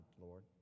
Lord